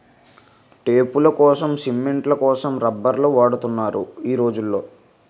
టేపులకోసం, సిమెంట్ల కోసం రబ్బర్లు వాడుతున్నారు ఈ రోజుల్లో